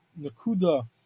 Nakuda